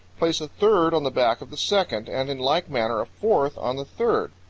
place a third on the back of the second, and in like manner a fourth on the third.